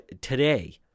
today